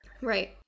right